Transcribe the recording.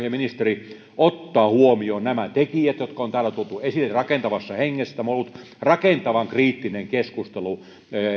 ja ministeri ottaa huomioon nämä tekijät jotka on täällä tuotu esille rakentavassa hengessä tämä on ollut rakentavan kriittinen keskustelu